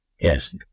Yes